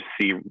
see